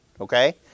okay